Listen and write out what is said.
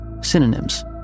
synonyms